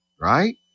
Right